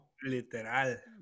literal